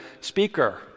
speaker